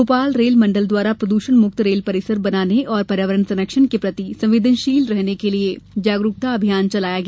भोपाल रेल मंडल द्वारा प्रदूषण मुक्त रेल परिसर बनाने और पर्यावरण संरक्षण के प्रति संवेदनशील रहने के लिये जागरूकता अभियान चलाया गया